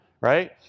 Right